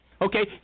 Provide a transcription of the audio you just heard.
Okay